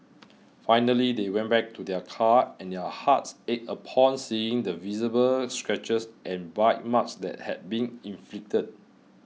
finally they went back to their car and their hearts ached upon seeing the visible scratches and bite marks that had been inflicted